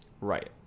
Right